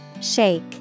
Shake